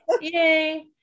yay